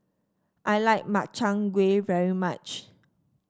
I like Makchang Gui very much